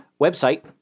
website